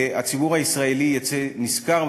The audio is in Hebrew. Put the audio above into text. והציבור הישראלי יצא נשכר.